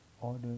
order